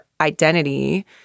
identity